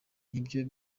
nibyo